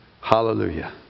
Hallelujah